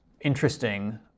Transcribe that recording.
interesting